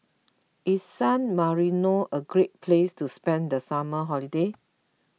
is San Marino a great place to spend the summer holiday